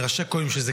מראשי הכוללים,